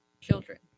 children